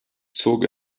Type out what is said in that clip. zog